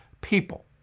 people